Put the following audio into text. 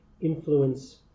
influence